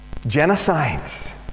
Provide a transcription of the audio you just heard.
Genocides